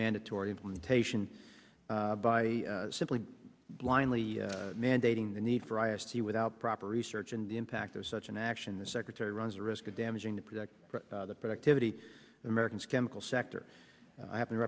mandatory implementation by simply blindly mandating the need for i o c without proper research and the impact of such an action the secretary runs the risk of damaging to protect the productivity of americans chemical sector i happen to